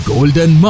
Golden